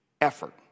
effort